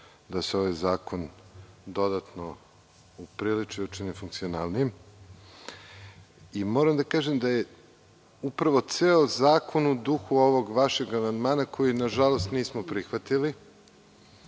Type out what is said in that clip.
da se ovaj zakon dodatno upriliči i učini funkcionalnijim. Moram da kažem da je upravo ceo zakon u duhu ovog vašeg amandmana koji, nažalost, nismo prihvatili